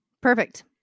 perfect